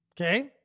okay